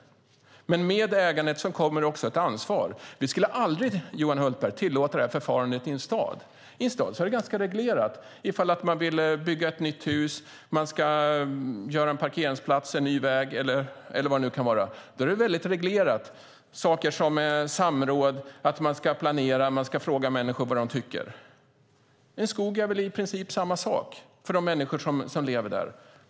Men med ägandet kommer också ett ansvar. Vi skulle aldrig, Johan Hultberg, tillåta detta förfarande i en stad. Där är det reglerat om man vill bygga ett nytt hus, göra en parkeringsplats, anlägga en ny väg och så vidare. Man ska planera, ha samråd och fråga människor vad de tycker. En skog är väl i princip samma sak för de människor som lever där.